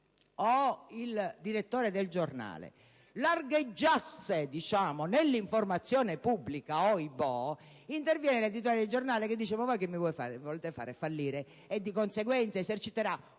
o il direttore del giornale largheggiasse nell'informazione pubblica - ohibò! - interviene l'editore del giornale e dice: ma che, mi volete far fallire? E di conseguenza, l'editore